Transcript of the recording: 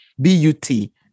B-U-T